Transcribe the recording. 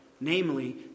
namely